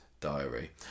diary